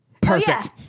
perfect